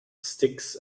sticks